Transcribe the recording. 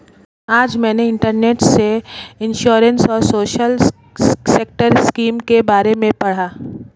आज मैंने इंटरनेट से इंश्योरेंस और सोशल सेक्टर स्किम के बारे में पढ़ा